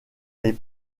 les